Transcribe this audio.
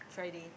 Friday